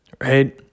right